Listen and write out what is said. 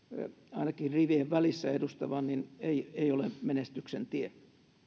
ainakin rivien välissä edustavan ei ei ole menestyksen tie